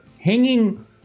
hanging